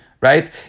Right